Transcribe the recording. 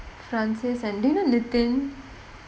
francis and do you know lipton